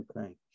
okay